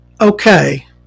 okay